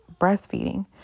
breastfeeding